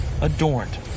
adorned